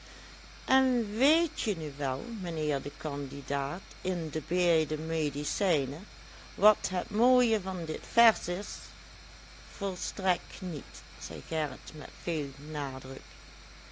en weetje nu wel mijnheer de candidaat in de beide medicijnen wat het mooie van dit vers is volstrekt niet zei gerrit met veel nadruk